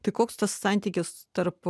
tai koks tas santykis tarp